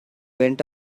went